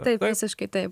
taip visiškai taip